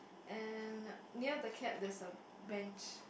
and near the cat there's a bench